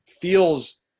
feels